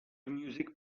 music